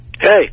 Hey